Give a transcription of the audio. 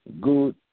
good